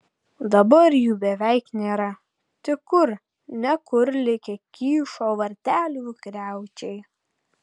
dabar jų beveik nėra tik kur ne kur likę kyšo vartelių griaučiai